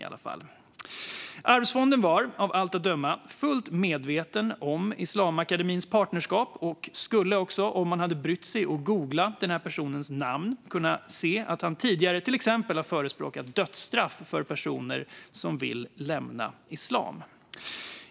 Arvsfonden var av allt att döma fullt medveten om Islamakademins partnerskap och hade också, om man hade brytt sig om att googla imamens namn, kunnat se att han tidigare till exempel har förespråkat dödstraff för personer som vill lämna islam.